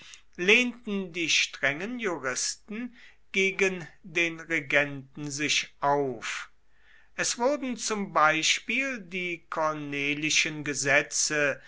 lehnten die strengen juristen gegen den regenten sich auf es wurden zum beispiel die cornelischen gesetze